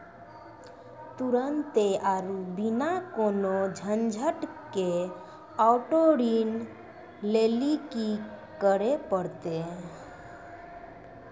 तुरन्ते आरु बिना कोनो झंझट के आटो ऋण लेली कि करै पड़तै?